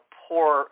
poor